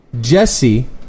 Jesse